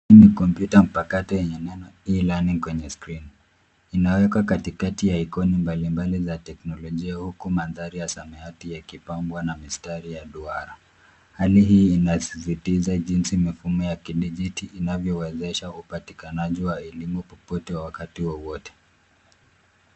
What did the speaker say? Hii ni kompyuta mpakato yenye neno E-learning kwenye skrini. Inawekwa katikati ya ikoni mbalimbali za teknolojia huku mandhari ya samawati yakipambwa na mistari ya duara. Hali hii inasisitiza jinsi mafumo ya kidigiti inavyowezesha upatikanaji wa elimu popote wakati wowote.